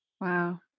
Wow